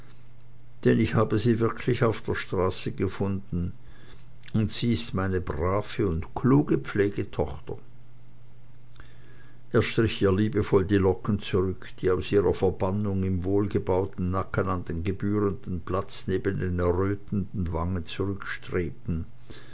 denn ich habe sie wirklich auf der straße gefunden und sie ist meine brave und kluge pflegetochter er strich ihr liebevoll die locken zurück die aus ihrer verbannung im wohlgebauten nacken an den gebührenden platz neben den errötenden wangen